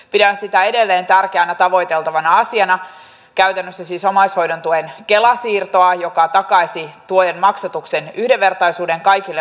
pidän sitä edelleen tärkeänä ja tavoiteltavana asiana käytännössä siis omaishoidon tuen kela siirtoa joka takaisi tuen maksatuksen yhdenvertaisuuden kaikille omaishoitajille